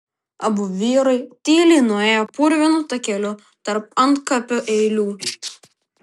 abu vyrai tyliai nuėjo purvinu takeliu tarp antkapių eilių